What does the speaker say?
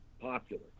popular